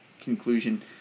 conclusion